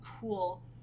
cool